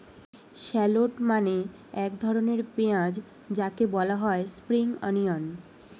shallot মানে এক ধরনের পেঁয়াজ যাকে বলা হয় স্প্রিং অনিয়ন